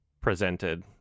presented